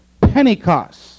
Pentecost